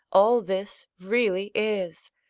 all this really is!